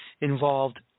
involved